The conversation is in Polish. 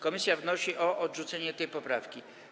Komisja wnosi o odrzucenie tej poprawki.